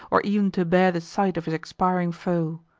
or ev'n to bear the sight of his expiring foe.